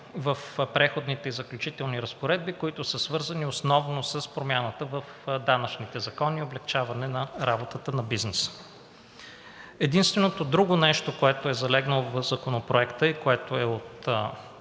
в Преходните и заключителни разпоредби, които са свързани основно с промяната в данъчните закони и облекчаване работата на бизнеса. Единственото друго нещо, което е залегнало в Законопроекта и което е от